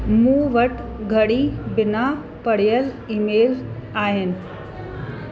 मूं वटि घणी बिना पढ़ियलु ईमेल आहिनि